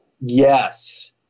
yes